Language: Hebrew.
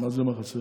מה זה מה חסר?